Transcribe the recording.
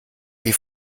geh